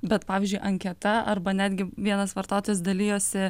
bet pavyzdžiui anketa arba netgi vienas vartotojas dalijosi